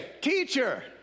teacher